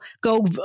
go